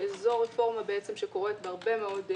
שזו רפורמה שקורית בהרבה מאוד שווקים,